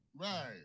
right